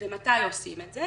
- ומתי עושים את זה?